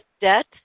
Debt